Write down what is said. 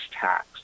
tax